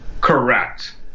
correct